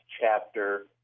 chapter